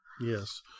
Yes